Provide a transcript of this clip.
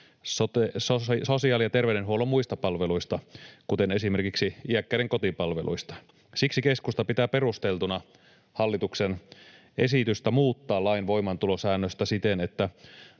sosiaali- ja terveydenhuollon muista palveluista, kuten esimerkiksi iäkkäiden kotipalveluista. Siksi keskusta pitää perusteltuna hallituksen esitystä muuttaa lain voimaantulosäännöstä siten, että